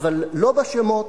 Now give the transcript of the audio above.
אבל לא בשמות.